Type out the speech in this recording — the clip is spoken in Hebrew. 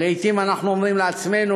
ולעתים אנחנו אומרים לעצמנו,